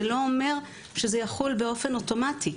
זה לא אומר שזה יחול באופן אוטומטי.